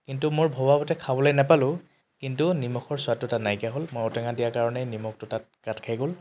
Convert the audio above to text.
কিন্তু মোৰ ভবামতে খাবলৈ নাপালোঁ কিন্তু নিমখৰ সোৱাদটো তাত নাইকিয়া হ'ল মই ঔটেঙা দিয়াৰ কাৰণেই নিমখটো তাত কাট খাই গ'ল